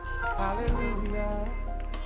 hallelujah